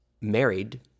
married